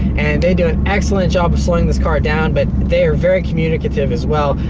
and they do an excellent job of slowing this car down, but they are very communicative, as well.